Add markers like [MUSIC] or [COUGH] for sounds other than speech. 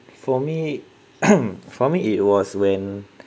for me [COUGHS] for me it was when